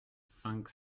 cinq